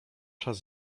czas